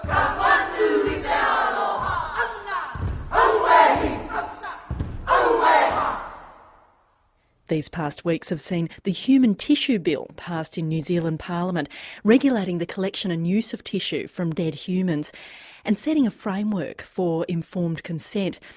um these past weeks have seen the human tissue bill passed in new zealand parliament regulating the collection and use of tissue from dead humans and setting a framework for informed consent.